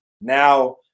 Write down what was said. Now